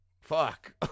fuck